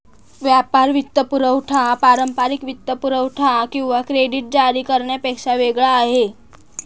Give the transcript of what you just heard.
व्यापार वित्तपुरवठा पारंपारिक वित्तपुरवठा किंवा क्रेडिट जारी करण्यापेक्षा वेगळा आहे